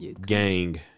gang